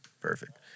Perfect